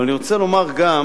אבל אני רוצה לומר גם